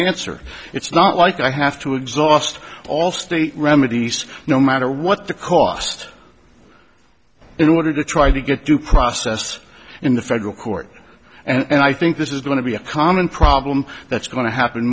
answer it's not like i have to exhaust all state remedies no matter what the cost in order to try to get due process in the federal court and i think this is going to be a common problem that's going to happen